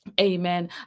Amen